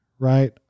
Right